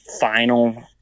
final